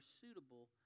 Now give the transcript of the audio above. suitable